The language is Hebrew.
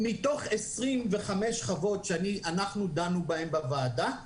מתוך 25 חוות שדנו בהן בוועדה,